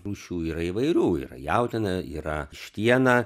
rūšių yra įvairių yra jautiena yra vištiena